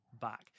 Back